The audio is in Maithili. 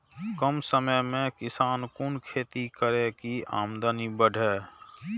कम समय में किसान कुन खैती करै की आमदनी बढ़े?